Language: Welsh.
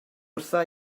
wrtha